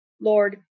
Lord